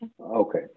Okay